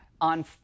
on